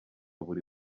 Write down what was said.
buri